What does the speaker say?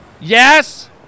Yes